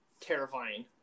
terrifying